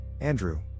Andrew